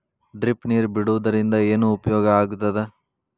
Drip ನೇರ್ ಬಿಡುವುದರಿಂದ ಏನು ಉಪಯೋಗ ಆಗ್ತದ?